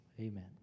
amen